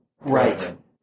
Right